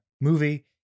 movie